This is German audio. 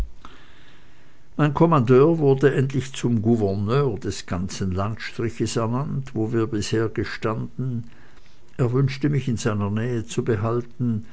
mein kommandeur wurde endlich zum gouverneur des ganzen landstriches ernannt wo wir bisher gestanden er wünschte mich in seiner nähe zu behalten